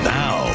now